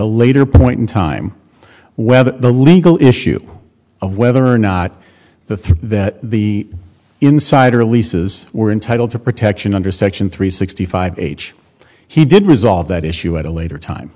a later point in time whether the legal issue of whether or not the thing that the insider leases were entitled to protection under section three sixty five h he did resolve that issue at a later time